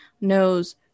knows